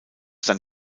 dann